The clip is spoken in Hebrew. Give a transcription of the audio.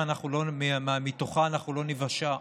מתוכה אנחנו לא ניוושע,